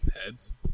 heads